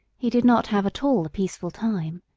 he did not have at all a peaceful time.